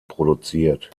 produziert